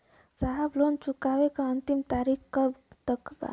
साहब लोन चुकावे क अंतिम तारीख कब तक बा?